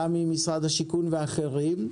גם עם משרד השיכון ואחרים,